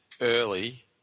early